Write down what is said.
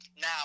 Now